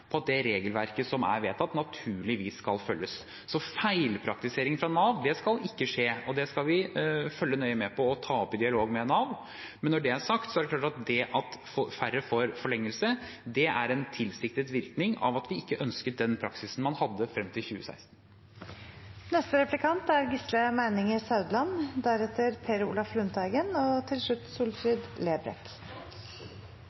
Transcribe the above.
på at det regelverket som er vedtatt, naturligvis skal følges. Feilpraktisering fra Nav skal ikke skje, og det skal vi følge nøye med på og ta opp i dialog med Nav. Men når det er sagt, er det klart at det at færre får forlengelse, er en tilsiktet virkning av at vi ikke ønsket den praksisen man hadde frem til 2016. Statsråden var vel så vidt inne på det i sitt innlegg, og